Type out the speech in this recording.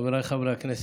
חבריי חברי הכנסת,